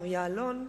מר יעלון,